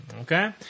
Okay